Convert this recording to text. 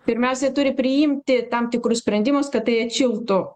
pirmiausia jie turi priimti tam tikrus sprendimus kad tai atšiltų